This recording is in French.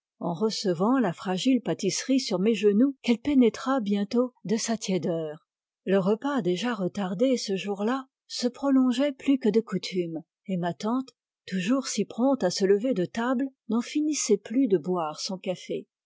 en recevant la fragile pâtisserie sur mes ge noux qu'elle pénétra bientôt de sa tiédeur le repas déjà retardé ce jour-là se prolongeait plus que de coutume et ma tante toujours si prompte à se lever de table n'en finissait plus de boire son café